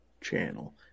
channel